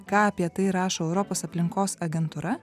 ką apie tai rašo europos aplinkos agentūra